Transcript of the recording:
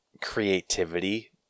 creativity